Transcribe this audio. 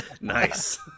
Nice